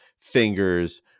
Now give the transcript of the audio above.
fingers